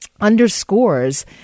underscores